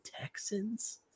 Texans